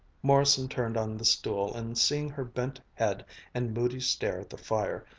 morrison turned on the stool and seeing her bent head and moody stare at the fire,